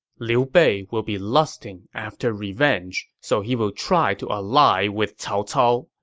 liu bei will be lusting after revenge, so he will try to ally with cao cao.